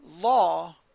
law